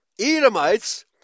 Edomites